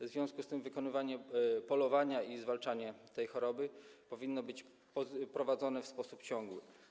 W związku z tym wykonywanie polowań i zwalczanie tej choroby powinny być prowadzone w sposób ciągły.